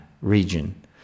region